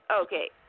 okay